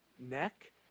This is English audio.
neck